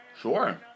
Sure